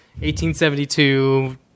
1872